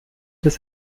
des